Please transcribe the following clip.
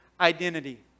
identity